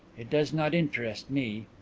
it does not interest me.